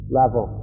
level